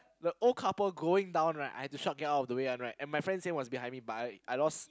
the old couple going down I had to shout get out of the way one right and my friend's hand was behind me but I lost